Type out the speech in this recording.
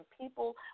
people